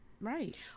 Right